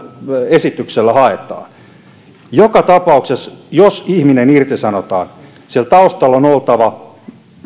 esityksellä haetaan joka tapauksessa jos ihminen irtisanotaan siellä taustalla on oltava